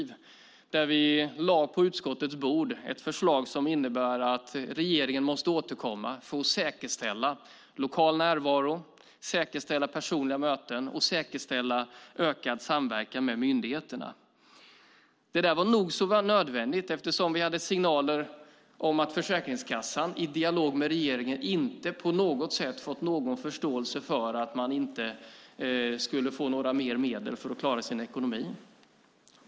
Vi lade ett förslag på utskottets bord som innebär att regeringen måste återkomma för att säkerställa lokal närvaro, personliga möten och ökad samverkan mellan myndigheterna. Det var nog så nödvändigt eftersom vi hade signaler om att Försäkringskassan i dialog med regeringen inte på något sätt fått någon förståelse för att man inte skulle få några mer medel för att klara sin ekonomi.